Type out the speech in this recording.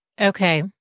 Okay